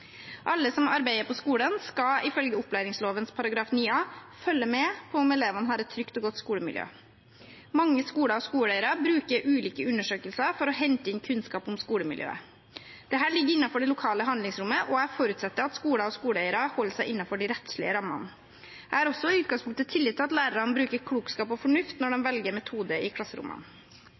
arbeider på skolen, skal ifølge opplæringsloven § 9 A følge med på om elevene har et trygt og godt skolemiljø. Mange skoler og skoleeiere bruker ulike undersøkelser for å hente inn kunnskap om skolemiljøet. Dette ligger innenfor det lokale handlingsrommet, og jeg forutsetter at skoler og skoleeiere holder seg innenfor de rettslige rammene. Jeg har også i utgangspunktet tillit til at lærerne bruker klokskap og fornuft når de velger metode i klasserommene.